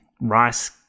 rice